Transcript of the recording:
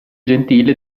gentile